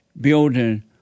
building